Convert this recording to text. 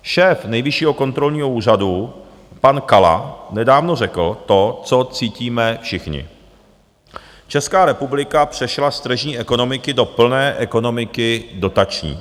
Šéf Nejvyššího kontrolního úřadu pan Kala nedávno řekl to, co cítíme všichni: Česká republika přešla z tržní ekonomiky do plné ekonomiky dotační.